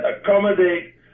accommodate